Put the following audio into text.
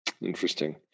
Interesting